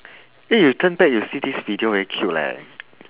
eh you turn back you see this video very cute leh